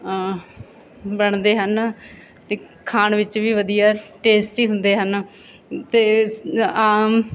ਬਣਦੇ ਹਨ ਅਤੇ ਖਾਣ ਵਿੱਚ ਵੀ ਵਧੀਆ ਟੇਸਟੀ ਹੁੰਦੇ ਹਨ ਅਤੇ ਸ